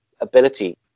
ability